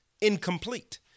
incomplete